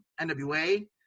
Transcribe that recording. NWA